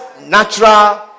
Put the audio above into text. natural